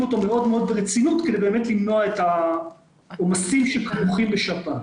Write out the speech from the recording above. אותו מאוד מאוד ברצינות כדי באמת למנוע את העומסים שכרוכים בשפעת.